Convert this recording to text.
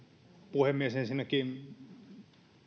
puhemies ensinnäkin